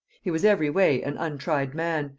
he was every way an untried man,